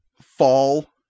fall